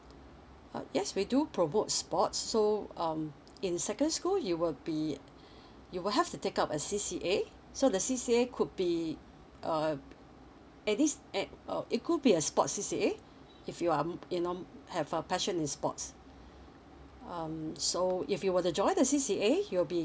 uh yes we do promote sports so um in second school you will be you will have to take up a C_C_A so the C_C_A could be uh at least at uh it could be a sports C_C_A if you are um you know um have a passion in sports um so if you were to join the C_C_A you will be